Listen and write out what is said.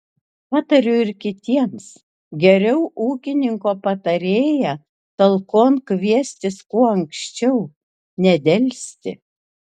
patariu ir kitiems geriau ūkininko patarėją talkon kviestis kuo anksčiau nedelsti